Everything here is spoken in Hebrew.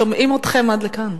שומעים אתכם עד כאן.